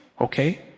Okay